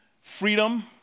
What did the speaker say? freedom